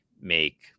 make